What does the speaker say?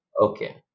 Okay